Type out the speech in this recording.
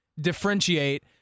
differentiate –